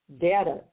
data